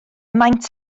maint